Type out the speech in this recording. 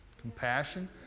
Compassion